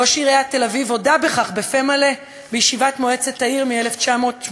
ראש עיריית תל-אביב הודה בכך בפה מלא בישיבת מועצת העיר ב-1987: